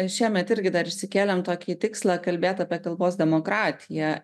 šiemet irgi dar išsikėlėm tokį tikslą kalbėt apie kalbos demokratiją